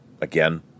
Again